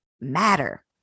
matter